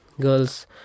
girls